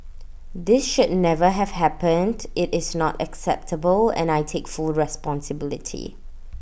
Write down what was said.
this should never have happened IT is not acceptable and I take full responsibility